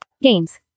Games